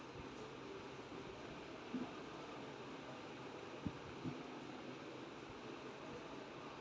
आजकल हर देश आपस में मैत्री भाव से पूंजी संरचना को देखा करता है